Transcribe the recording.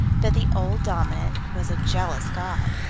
but the old dominant was a jealous god.